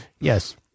Yes